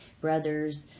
Brothers